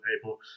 people